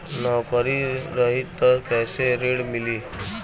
नौकरी रही त कैसे ऋण मिली?